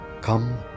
come